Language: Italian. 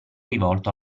rivolto